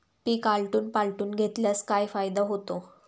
पीक आलटून पालटून घेतल्यास काय फायदा होतो?